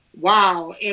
wow